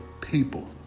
people